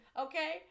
Okay